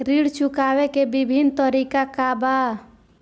ऋण चुकावे के विभिन्न तरीका का बा?